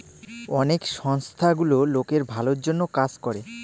অনেক সংস্থা গুলো লোকের ভালোর জন্য কাজ করে